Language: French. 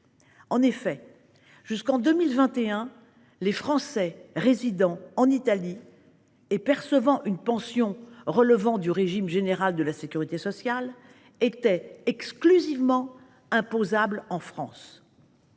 en Italie. Jusqu’en 2021, les Français résidant en Italie et percevant une pension relevant du régime général de la sécurité sociale étaient exclusivement imposables en France.